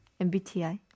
MBTI